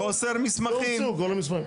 לא הומצאו כל המסמכים.